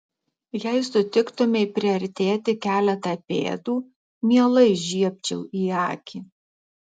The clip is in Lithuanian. jei sutiktumei priartėti keletą pėdų mielai žiebčiau į akį